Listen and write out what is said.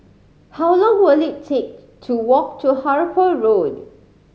how long will it take to walk to Harper Road